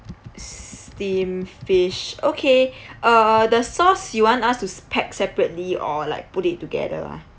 steamed fish okay uh the sauce you want us to s~ pack separately or like put it together ah